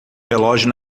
relógio